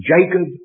Jacob